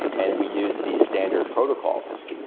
and and we use these standard protocols,